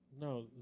No